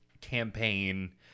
campaign